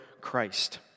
Christ